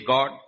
God